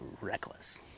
reckless